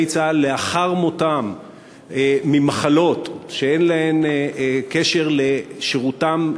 צה"ל לאחר מותם ממחלות שאין להן קשר לשירותם,